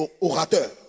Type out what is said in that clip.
orateur